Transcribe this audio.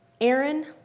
Aaron